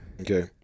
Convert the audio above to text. okay